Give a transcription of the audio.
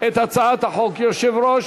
את הצעת החוק יושב-ראש